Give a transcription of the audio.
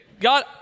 God